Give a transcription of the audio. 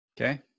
Okay